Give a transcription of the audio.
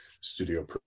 studio